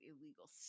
illegal